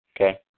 Okay